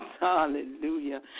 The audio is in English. Hallelujah